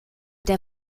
der